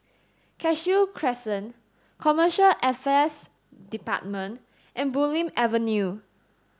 Cashew Crescent Commercial Affairs Department and Bulim Avenue